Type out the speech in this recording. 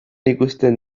ikusten